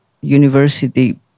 university